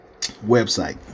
website